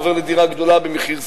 עובר לדירה גדולה במחיר סביר,